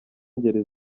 ngeri